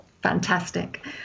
Fantastic